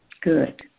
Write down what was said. Good